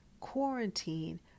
quarantine